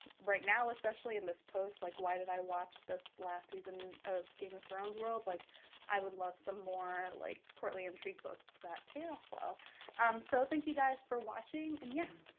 right now especially in this post like why did i watch this past season of game of thrones? world. like i would love some more, like courtly intrigue books that pay off well um so thank you guys for watching. and yeah,